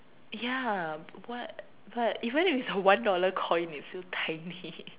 ya but but even if it's a one dollar coin it's still tiny